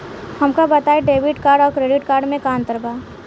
हमका बताई debit card और क्रेडिट कार्ड में का अंतर बा?